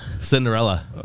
Cinderella